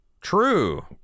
True